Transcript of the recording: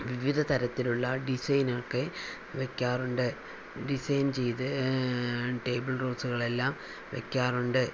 വിവിധ തരത്തിലുള്ള ഡിസൈനൊക്കെ വയ്ക്കാറുണ്ട് ഡിസൈൻ ചെയ്ത് ടേബിൾ റോസുകൾ എല്ലാം വയ്ക്കാറുണ്ട്